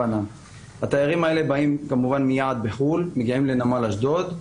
התיירים האלה באים מחוץ לארץ, מגיעים לנמל אשדוד,